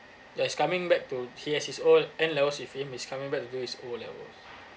ya he's coming back to he has his O N levels with him he's coming back to do his O level